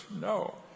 no